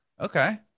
Okay